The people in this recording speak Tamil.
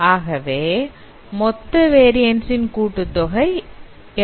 ஆகவே மொத்த variance ன் கூட்டுத்தொகை 84